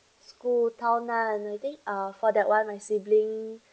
school towner I think uh for that one my sibling